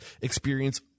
experience